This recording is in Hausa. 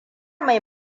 mai